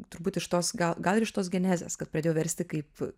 turbūt iš tos gal gal ir iš tos genezės kad pradėjau versti kaip